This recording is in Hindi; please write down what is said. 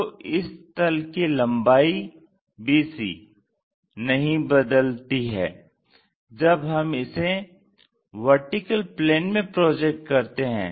तो इस तल की लम्बाई नहीं बदलती है जब हम इसे VP में प्रोजेक्ट करते हैं